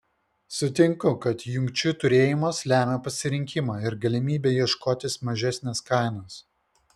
sutinku kad jungčių turėjimas lemia pasirinkimą ir galimybę ieškotis mažesnės kainos